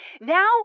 Now